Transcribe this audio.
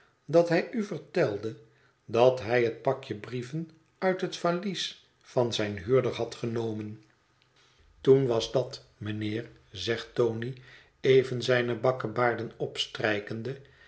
dat hij u vertelde dat hij het pakje brieven uit het valies van zijn huurder had genomen toen was dat mijnheer zegt tony even zijne bakkebaarden opstrijkende